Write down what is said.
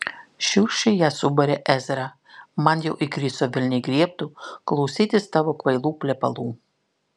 šiurkščiai ją subarė ezra man jau įgriso velniai griebtų klausytis tavo kvailų plepalų